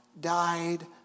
died